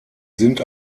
sind